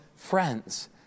Friends